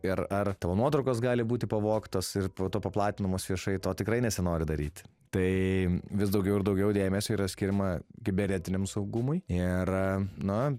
ir ar tavo nuotraukos gali būti pavogtos ir po to paplatinamos viešai to tikrai nesinori daryti tai vis daugiau ir daugiau dėmesio yra skiriama kibernetiniam saugumui ir na